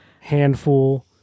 Handful